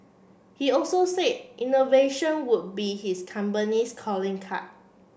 he also said innovation would be his company's calling card